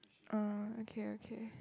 ah okay okay